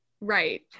right